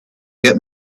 get